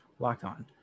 LOCKON